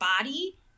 body